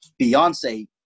Beyonce